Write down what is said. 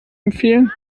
empfehlen